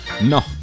No